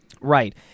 Right